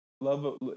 Love